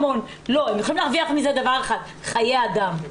לא, הם יכולים להרוויח מזה דבר אחד, חיי אדם.